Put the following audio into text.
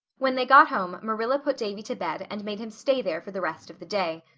when they got home marilla put davy to bed and made him stay there for the rest of the day.